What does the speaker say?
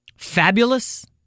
Fabulous